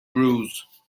bruise